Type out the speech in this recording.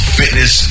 fitness